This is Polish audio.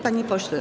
Panie pośle.